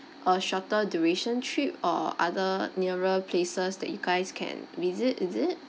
a shorter duration trip or other nearer places that you guys can visit is it